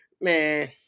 man